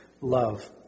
love